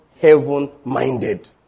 heaven-minded